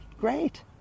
Great